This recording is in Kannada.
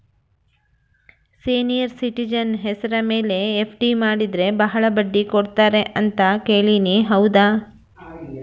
ಸೇನಿಯರ್ ಸಿಟಿಜನ್ ಹೆಸರ ಮೇಲೆ ಎಫ್.ಡಿ ಮಾಡಿದರೆ ಬಹಳ ಬಡ್ಡಿ ಕೊಡ್ತಾರೆ ಅಂತಾ ಕೇಳಿನಿ ಹೌದಾ?